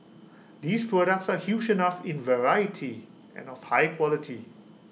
these products are huge enough in variety and of high quality